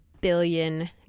billion